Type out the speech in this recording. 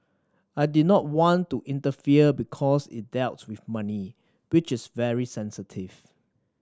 I did not want to interfere because it dealt with money which is very sensitive